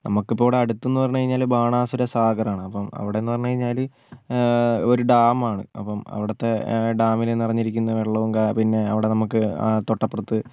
നമുക്കിപ്പോൾ ഇവിടെ അടുതെന്ന് പറഞ്ഞ് കഴിഞ്ഞാൽ ബാണാസുര സാഗറാണ് അപ്പം അവിടെന്ന് പറഞ്ഞു കഴിഞ്ഞാൽ ഒരു ഡാം ആണ് അപ്പം അവിടത്തെ ഡാമിൽ നിറഞ്ഞിരിക്കുന്ന വെള്ളവും പിന്നെ അവിടെ നമുക്ക് തൊട്ടപ്പുറത്ത്